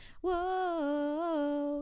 whoa